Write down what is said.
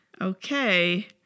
Okay